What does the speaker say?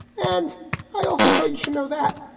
and i also thought you should know that.